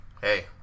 hey